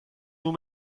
nur